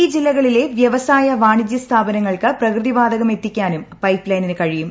ഈ ജില്ലകളിലെ വ്യവസായ വാണിജ്യ സ്ഥാപനങ്ങൾക്ക് പ്രകൃതിവാതകം എത്തിക്കാനും പൈപ്പ്ലൈനിന് കഴിയും